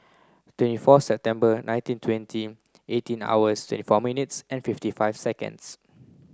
twenty four September nineteen twenty eighteen hours twenty four minutes and fifty five seconds